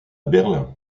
berlin